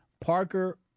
Parker